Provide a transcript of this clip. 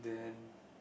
then